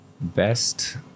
best